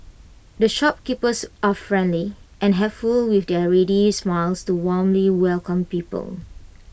the shopkeepers are friendly and helpful with their ready smiles to warmly welcome people